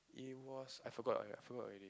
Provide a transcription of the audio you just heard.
it was I forgot I forgot already